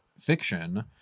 fiction